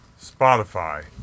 Spotify